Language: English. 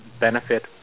benefit